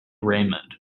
raymond